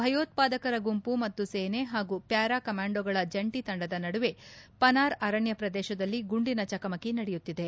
ಭಯೋತ್ಪಾದಕರ ಗುಂಪು ಮತ್ತು ಸೇನೆ ಹಾಗೂ ಪ್ಕಾರಾ ಕಮಾಂಡೋಗಳ ಜಂಟಿ ತಂಡದ ನಡುವೆ ಪನಾರ್ ಅರಣ್ಯ ಪ್ರದೇಶದಲ್ಲಿ ಗುಂಡಿನ ಚಕಮಕಿ ನಡೆಯುತ್ತಿದೆ